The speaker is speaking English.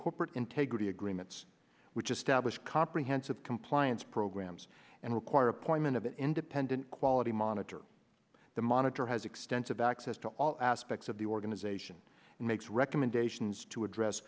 corporate integrity agreements which establish comprehensive compliance programmes and require appointment of independent quality monitor the monitor has extensive access to all aspects of the organisation and makes recommendations to address